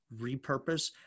repurpose